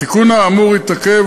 התיקון האמור התעכב,